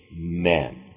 Amen